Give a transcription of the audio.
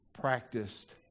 practiced